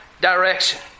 direction